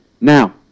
now